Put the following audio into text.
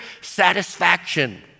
satisfaction